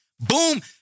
Boom